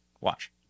Watch